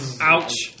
Ouch